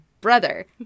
brother